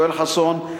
ליואל חסון,